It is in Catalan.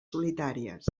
solitàries